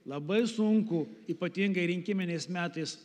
labai sunkų ypatingai rinkiminiais metais